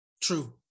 True